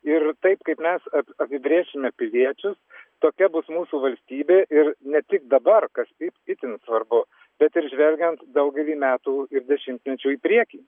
ir taip kaip mes apibrėšime piliečius tokia bus mūsų valstybė ir ne tik dabar kas taip itin svarbu bet ir žvelgiant daugelį metų ir dešimtmečių į priekį